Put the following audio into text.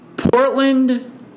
Portland